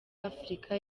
afurika